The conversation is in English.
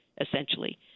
essentially